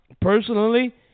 personally